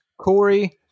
Corey